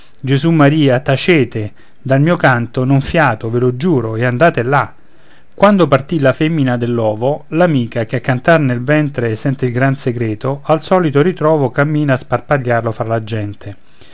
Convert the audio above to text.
carità gesummaria tacete dal mio canto non fiato ve lo giuro andate là quando partì la femmina dell'ovo l'amica che a cantar nel ventre sente il gran segreto al solito ritrovo cammina a sparpagliarlo fra la gente